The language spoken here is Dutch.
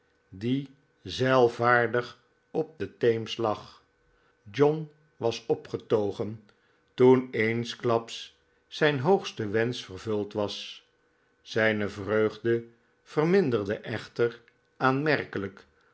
die zeilvaardig op den theems lag john was opgetogen toen eensklaps zijn hoogste wensch vervuld was zijne vreugde verminderde echter aanmerkelijk